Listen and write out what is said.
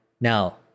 Now